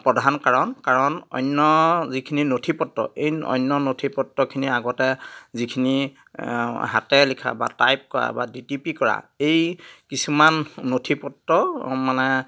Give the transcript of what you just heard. প্ৰধান কাৰণ কাৰণ অন্য যিখিনি নথি পত্ৰ এই অন্য নথি পত্ৰখিনি আগতে যিখিনি হাতে লিখা বা টাইপ কৰা বা ডিটিপি কৰা এই কিছুমান নথি পত্ৰ মানে